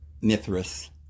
Mithras